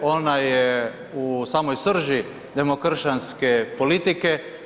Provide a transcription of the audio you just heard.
Ona je u samoj srži demokršćanske politike.